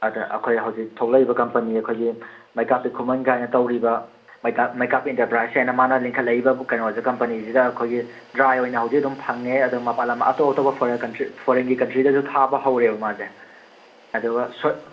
ꯑꯗ ꯑꯩꯈꯣꯏ ꯍꯧꯖꯤꯛ ꯊꯣꯂꯛꯏꯕ ꯀꯝꯄꯅꯤ ꯑꯩꯈꯣꯏꯒꯤ ꯃꯩꯀꯥꯞꯄꯤ ꯈꯨꯃꯟꯒꯥꯏꯅ ꯇꯧꯔꯤꯕ ꯃꯩꯀꯥꯞꯄꯤ ꯏꯟꯇꯔꯄ꯭ꯔꯥꯏꯁꯑꯅ ꯃꯥꯅ ꯂꯤꯡꯈꯠꯂꯛꯏꯕ ꯀꯩꯅꯣꯖꯦ ꯀꯝꯄꯅꯤꯖꯤꯗ ꯑꯩꯈꯣꯏꯒꯤ ꯗ꯭ꯔꯥꯏ ꯑꯣꯏꯅ ꯍꯧꯖꯤꯛ ꯑꯗꯨꯝ ꯐꯪꯉꯦ ꯑꯗꯨꯝ ꯃꯄꯥꯟ ꯂꯝ ꯑꯇꯣꯞ ꯑꯇꯣꯞꯄ ꯐꯣꯔꯦꯟꯒꯤ ꯀꯟꯇ꯭ꯔꯤꯗꯖꯨ ꯊꯥꯕ ꯍꯧꯔꯦꯕ ꯃꯥꯖꯦ ꯑꯗꯨꯒ